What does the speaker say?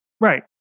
Right